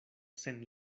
sen